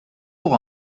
pour